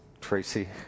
Tracy